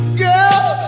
girl